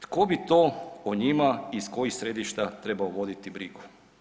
Tko bi to po njima iz kojih središta trebao voditi brigu?